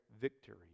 victory